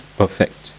perfect